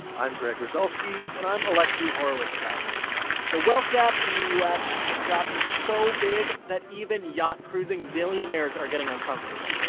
i'm greg rosalsky and i'm alexi horowitz-ghazi the wealth gap in the u s. has gotten so big that even yacht-cruising zillionaires are getting uncomfortable,